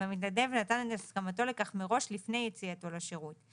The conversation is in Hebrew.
והמתנדב נתן את הסכמתו לכך מראש לפני יציאתו לשירות.